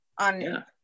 on